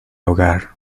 hogar